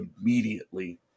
immediately